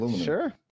Sure